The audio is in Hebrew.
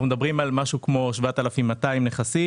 אנחנו מדברים על משהו כמו 7,200 נכסים,